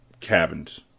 cabins